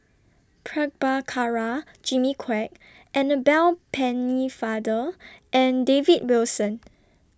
Prabhakara Jimmy Quek Annabel Pennefather and David Wilson